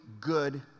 good